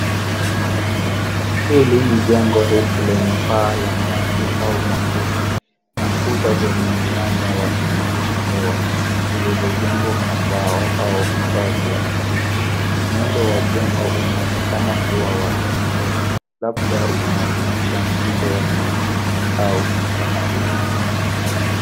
Hili ni jengo refu lenye paa la nyasi au makuti na kuta zenye mianya ya kupitisha hewa zilizojengwa kwa mbao au vifaa vya asili. Muundo wa jengo unaonekana kuwa wa kipekee labda unawakilisha mtindo wa kienyeji au kitamaduni.